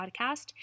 Podcast